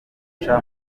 bica